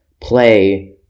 play